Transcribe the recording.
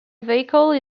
vehicle